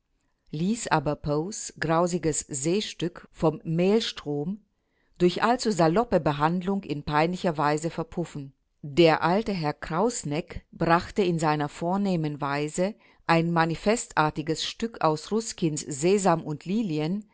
ließ aber poes grausiges seestück vom maelstrom durch allzu saloppe behandlung in peinlicher weise verpuffen der alte herr kraußneck brachte in seiner vornehmen weise ein manifestartiges stück aus ruskins sesam und lilien